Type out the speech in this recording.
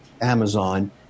Amazon